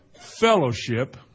fellowship